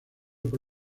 por